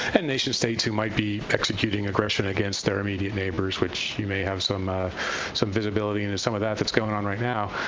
and nation-states who might be executing aggression against their immediate neighbors, which you may have some ah some visibility into some of that that's going on right now,